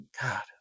God